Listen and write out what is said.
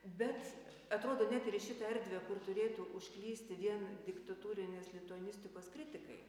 bet atrodo net ir į šitą erdvę kur turėtų užklysti vien diktatūrinės lituanistikos kritikai